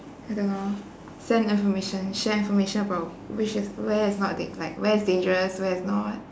I don't know send information share information about which is where is not d~ like where's dangerous where's not